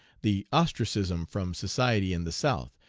the ostracism from society in the south,